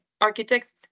architects